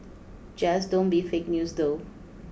just don't be fake news though